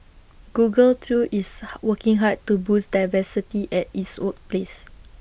Google too is working hard to boost diversity at its workplace